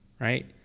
right